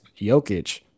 Jokic